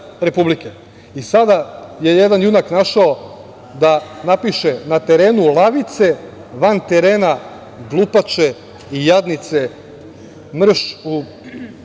je jedan junak našao da napiše – na terenu lavice, van terena glupače i jadnice. Mrš u…